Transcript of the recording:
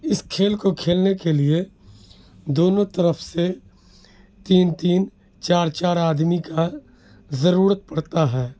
اس کھیل کو کھیلنے کے لیے دونوں طرف سے تین تین چار چار آدمی کا ضرورت پڑتا ہے